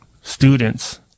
students